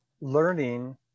learning